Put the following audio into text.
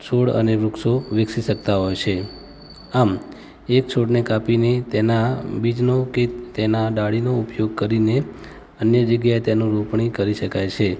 છોડ અને વૃક્ષો વિકસી શકતાં હોય છે આમ એક છોડને કાપીને તેનાં બીજનો કે તેના ડાળીનો ઉપયોગ કરીને અન્ય જગ્યાએ તેનો રોપણી કરી શકાય છે